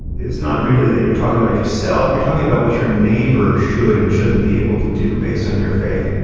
it's not merely that you're talking about yourself. you're talking about what your neighbor should and shouldn't be able to do based on your faith.